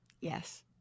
Yes